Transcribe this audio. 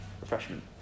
refreshment